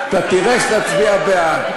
אתה תראה שתצביע בעד.